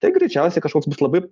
tai greičiausiai kažkoks bus labai